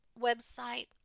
website